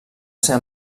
ser